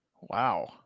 Wow